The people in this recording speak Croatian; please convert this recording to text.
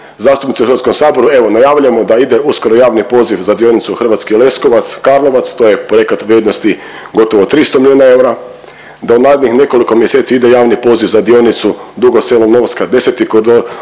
zastupnici u Hrvatskom saboru evo najavljujemo da ide uskoro javni poziv za dionicu Hrvatski Leskovac – Karlovac. To je projekat vrijednosti gotovo 300 milijuna eura, da u narednih nekoliko mjeseci ide javni poziv za dionicu Dugo – Selo – Novska deseti koridor,